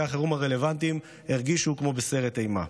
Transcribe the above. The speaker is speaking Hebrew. החירום הרלוונטיים הרגישו כמו בסרט אימה.